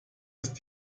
ist